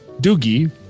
Doogie